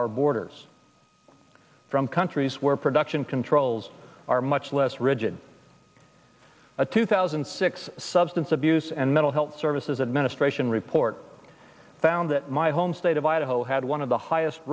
our borders from countries where production controls are much less rigid a two thousand and six substance abuse and mental health services administration report found that my home state of idaho had one of the highest